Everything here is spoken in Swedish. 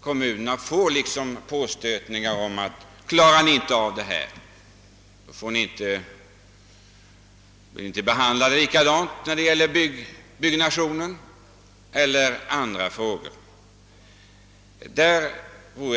kommunerna ibland får en påstötning om att, om de inte går samman, så blir de inte behandlade likadant som andra kommuner när det gäller byggfrågor och liknande.